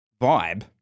vibe